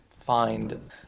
find